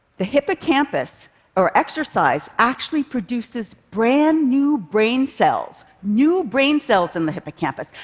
the hippocampus or exercise actually produces brand new brain cells, new brain cells in the hippocampus,